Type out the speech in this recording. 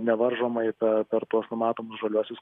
nevaržomai per per tuos numatomus žaliuosius